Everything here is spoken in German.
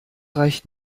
reicht